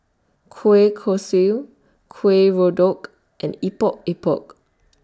Kueh Kosui Kuih and Epok Epok